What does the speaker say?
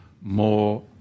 more